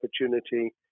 opportunity